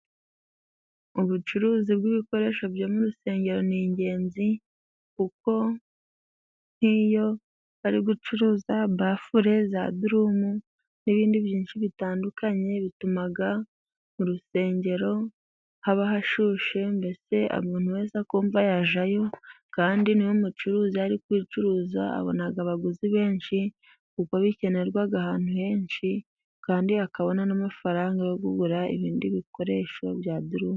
Ubucuruzi bw'ibikoresho byo mu rusengero ni ingenzi, kuko nk'iyo bari gucuruza bafure, za durumu n'ibindi byinshi bitandukanye bituma mu rusengero haba hashyushye, mbese umuntu wese akumva yajyayo kandi iyo umucuruzi ari kubicuruza abona abaguzi benshi kuko bikenerwa ahantu henshi kandi akabona n'amafaranga yo kugura ibindi bikoresho bya durumu.